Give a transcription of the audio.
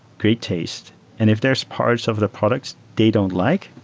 great taste and if there's parts of the products they don't like,